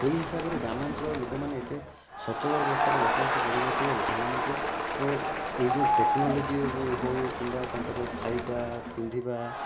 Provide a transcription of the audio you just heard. ସେଇ ହିସାବରେ ଗ୍ରାମାଞ୍ଚଳର ଲୋକମାନେ ଏତେ ସଚଳ ଅବସ୍ଥାରେ ବସବାସ କରୁନଥିବାରୁ ସେମାନଙ୍କୁ ଏଇ ଯେଉଁ ଟେକ୍ନୋଲୋଜି ହଉ କିମ୍ବା ତାଙ୍କର ଖାଇବା ପିନ୍ଧିବା